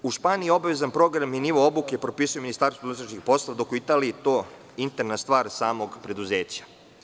U Španiji obavezan program i nivo obuke propisuje Ministarstvo unutrašnjih poslova, dok je u Italiji to interna stvar samog preduzeća.